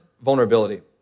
vulnerability